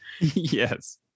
Yes